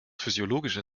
physiologischer